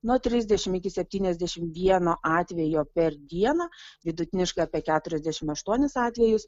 nuo trisdešimt iki septyniasdešimt vieno atvejo per dieną vidutiniškai apie keturiasdešimt aštuonis atvejus